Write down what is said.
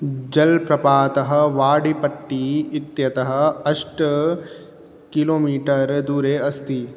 जलप्रपातः वाडिपट्टी इत्यतः अष्ट किलो मीटर् दूरे अस्ति